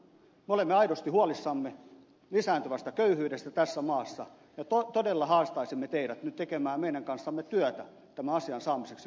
me olemme aidosti huolissamme lisääntyvästä köyhyydestä tässä maassa ja todella haastaisimme teidät nyt tekemään meidän kanssamme työtä tämän asian saamiseksi kuntoon